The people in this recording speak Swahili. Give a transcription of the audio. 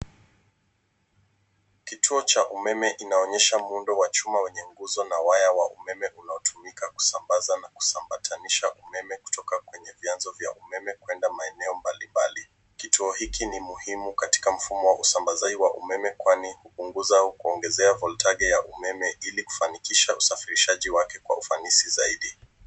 Kituo cha umeme inaonyesha muundo wa chuma wenye nguzo na waya za umeme unaotumika kusambaza na kusambatanisha umeme kutoka kwenye vyanzo vya umeme kwenda maeneo mbalimbali. Kituo hiki ni muhimu katika mfumo wa usambazaji wa umeme kwani hupunguza au kuongezea volitage ya umeme ili kifanikisha usafirishaji wake kwa ufanisi.